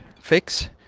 fix